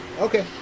Okay